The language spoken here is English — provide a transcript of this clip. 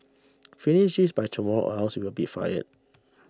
finish this by tomorrow or else you'll be fired